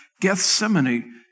Gethsemane